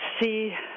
see